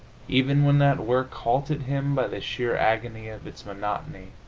even when that work halted him by the sheer agony of its monotony,